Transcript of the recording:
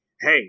hey